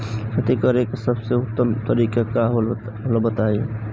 खेती करे के सबसे उत्तम तरीका का होला बताई?